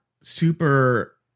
super